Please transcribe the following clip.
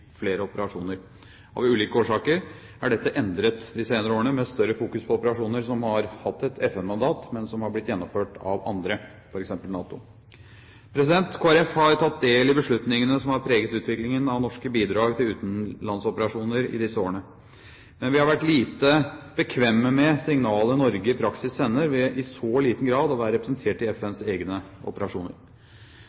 flere operasjoner. Av ulike årsaker er dette endret de senere årene, med større fokus på operasjoner som har hatt et FN-mandat, men som har blitt gjennomført av andre, f.eks. NATO. Kristelig Folkeparti har tatt del i beslutningene som har preget utviklingen av norske bidrag til utenlandsoperasjoner i disse årene. Men vi har vært lite bekvemme med signalet Norge i praksis sender ved i så liten grad å være representert i